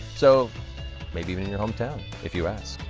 so maybe even your home town, if you ask.